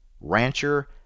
rancher